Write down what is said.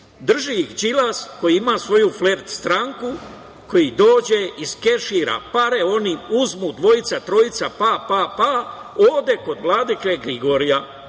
Drži ih Đilas koji ima svoju flert stranku, koji dođe, iskešira pare, oni uzmu, dvojica, trojica, pa, pa, pa…, ode kod Vladike Gligorija.